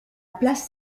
place